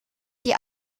die